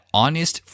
honest